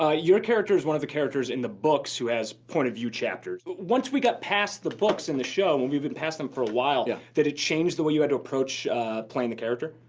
ah your character's one of the characters in the books who has point of view chapter. once we got past the books in the show and we've been past them for a while, yeah did it change the way you had to approach playing the character?